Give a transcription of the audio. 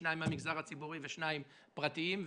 שניים מהמגזר הציבורי ושניים פרטיים,